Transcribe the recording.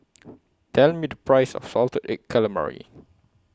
Tell Me The Price of Salted Egg Calamari